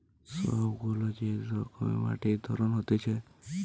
সব গুলা যে রকমের মাটির ধরন হতিছে